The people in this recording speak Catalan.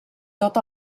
tot